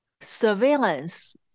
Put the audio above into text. surveillance